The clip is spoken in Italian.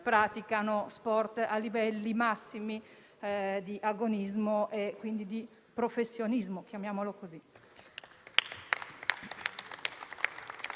praticano sport a livelli massimi di agonismo, quindi di professionismo.